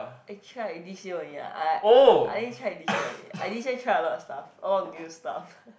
I tried this year only ah I I only tried this year only I this year try a lot of stuff all new stuff